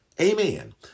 amen